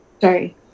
sorry